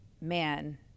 man